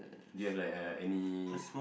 do you have like uh any